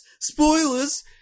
spoilers